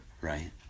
right